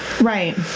Right